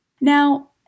Now